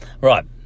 Right